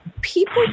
people